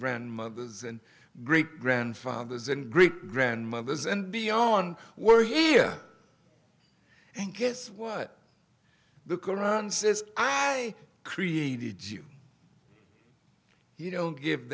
grandmothers and great grandfathers and great grandmothers and beyond were here and guess what the qur'an says i created you you know give